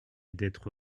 d’être